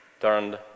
turned